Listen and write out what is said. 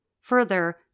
Further